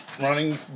running